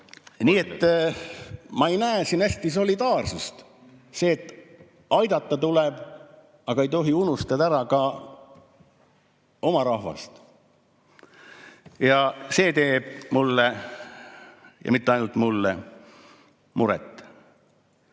Nii et ma ei näe siin hästi solidaarsust. Aidata tuleb, aga ei tohi unustada ära ka oma rahvast. Ja see teeb mulle ja mitte ainult mulle muret.